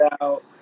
out